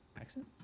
Accent